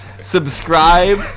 subscribe